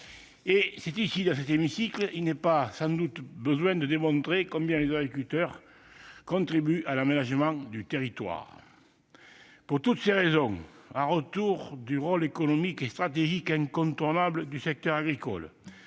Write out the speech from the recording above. nul besoin dans cet hémicycle de démontrer combien les agriculteurs contribuent à l'aménagement du territoire. Pour toutes ces raisons et en retour du rôle économique et stratégique incontournable du secteur agricole,